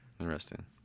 Interesting